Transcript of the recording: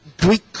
Greek